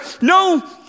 no